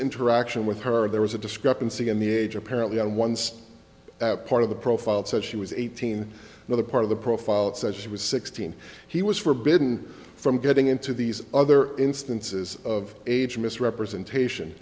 interaction with her there was a discrepancy in the age apparently and once that part of the profile said she was eighteen another part of the profile it says she was sixteen he was forbidden from getting into these other instances of age misrepresentation